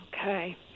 Okay